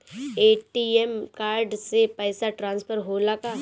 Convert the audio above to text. ATM card से पैसा transfer होला का?